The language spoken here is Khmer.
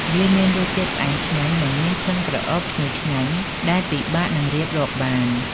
វាមានរសជាតិផ្អែមឆ្ងាញ់និងមានក្លិនក្រអូបឈ្ងុយឆ្ងាញ់ដែលពិបាកនឹងរៀបរាប់បាន។